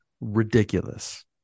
ridiculous